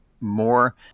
more